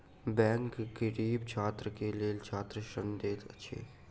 bank गरीब छात्र के लेल छात्र ऋण दैत अछि